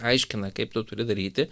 aiškina kaip tu turi daryti